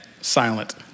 silent